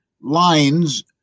lines